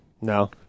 No